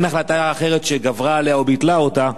אין החלטה אחרת שגברה עליה או ביטלה אותה,